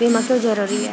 बीमा क्यों जरूरी हैं?